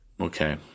Okay